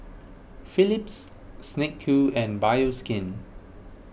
Phillips Snek Ku and Bioskin